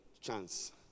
chance